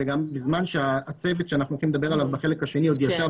זה גם בזמן שהצוות שאנחנו הולכים לדבר עליו בחלק השני עוד ישב